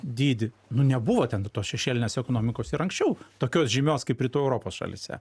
dydį nuo nebuvo ten tos šešėlinės ekonomikos ir anksčiau tokios žymios kaip rytų europos šalyse